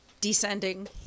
Descending